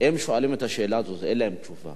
שואלים את השאלה הזאת ואין להם תשובה.